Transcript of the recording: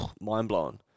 mind-blowing